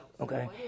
okay